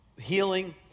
healing